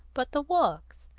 but the works.